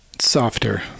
Softer